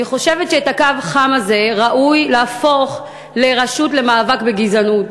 אני חושבת שאת הקו החם הזה ראוי להפוך לרשות למאבק בגזענות.